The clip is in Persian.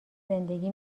زندگی